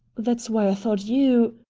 that's why i thought you